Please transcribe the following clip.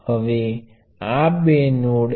તેથી ચાલો કહીએ કે આ પ્ર્વાહ Ix છે